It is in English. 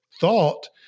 thought